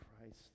Christ